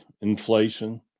inflation